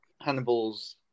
Hannibal's